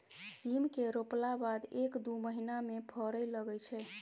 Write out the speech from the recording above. सीम केँ रोपला बाद एक दु महीना मे फरय लगय छै